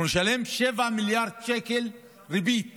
אנחנו נשלם 7 מיליארד שקל ריבית